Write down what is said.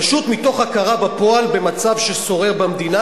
פשוט מתוך הכרה בפועל במצב ששורר במדינה